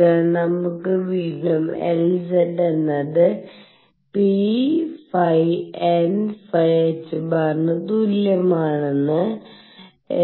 അതിനാൽ നമുക്ക് വീണ്ടും Lz എന്നത് pϕ nϕ ℏ ന് തുല്യമാണെന്നും nϕ0